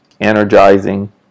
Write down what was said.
energizing